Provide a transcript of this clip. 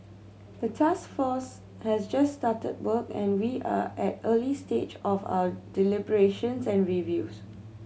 the task force has just started work and we are at early stage of our deliberations and reviews